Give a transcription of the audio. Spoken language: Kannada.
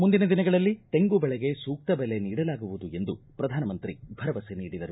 ಮುಂದಿನ ದಿನಗಳಲ್ಲಿ ತೆಂಗು ದೆಳೆಗೆ ಸೂಕ್ತ ಬೆಲೆ ನೀಡಲಾಗುವುದು ಎಂದು ಪ್ರಧಾನಮಂತ್ರಿ ಭರವಸೆ ನೀಡಿದರು